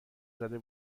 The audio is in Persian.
زده